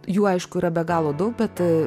jų aišku yra be galo daug bet